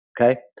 Okay